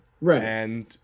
Right